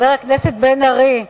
חבר הכנסת בן-ארי,